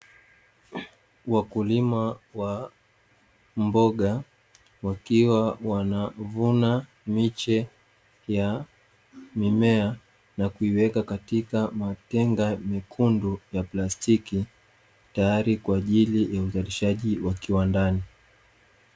Wakulima wa mboga, wakiwa wanavuna miche ya mimea na kuiweka katika matenga mekundu ya plastiki, tayari kwa ajili ya uzalishaji wa kiwandani.